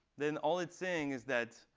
then all it's saying is that,